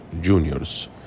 juniors